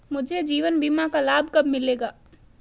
मुझे जीवन बीमा का लाभ कब मिलेगा?